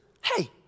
Hey